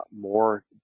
more